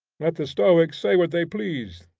let the stoics say what they please,